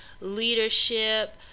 leadership